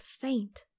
faint